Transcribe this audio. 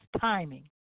timing